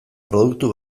produktu